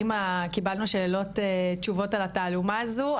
האם קיבלנו תשובות על התעלומה הזו,